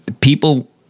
people